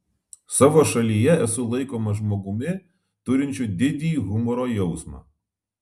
savo šalyje esu laikomas žmogumi turinčiu didį humoro jausmą